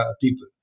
people